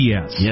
Yes